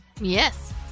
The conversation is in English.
Yes